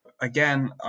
Again